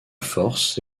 force